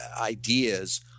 ideas